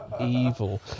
evil